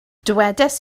dywedais